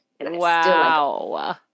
Wow